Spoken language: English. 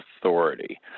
authority